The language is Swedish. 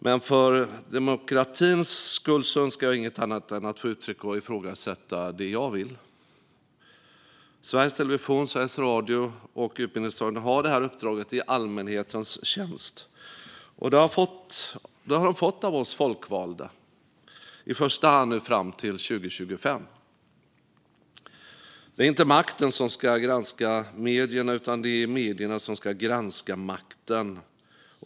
Men för demokratins skull önskar jag inget annat än att få uttrycka och ifrågasätta det jag vill. Sveriges Television, Sveriges Radio och Utbildningsradion har detta uppdrag i allmänhetens tjänst. Det har de fått av oss folkvalda, i första hand fram till 2025. Det är inte makten som ska granska medierna, utan det är medierna som ska granska makten.